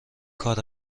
کار